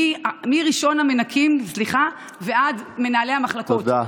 מראשון המנקים ועד מנהלי המחלקות, תודה.